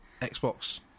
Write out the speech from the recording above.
xbox